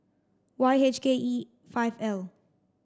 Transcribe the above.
Y H K E five L